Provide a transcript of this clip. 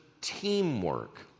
teamwork